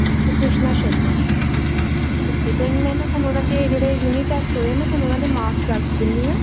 ਅੱਛਾ ਕ੍ਰਿਸ਼ਨਾ ਸ਼ਰਮਾ ਓਕੇ ਕੋਈ ਨਹੀਂ ਮੈਮ ਮੈਂ ਤੁਹਾਨੂੰ ਓਹਨਾਂ ਦੇ ਜਿਹੜੇ ਯੂਨਿਟ ਟੈਸਟ ਹੋਏ ਆ ਮੈਂ ਤੁਹਾਨੂੰ ਓਹਨਾਂ ਦੇ ਮਾਕਸ ਦੱਸ ਦਿੰਦੀ ਹਾਂ